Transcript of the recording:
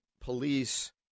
police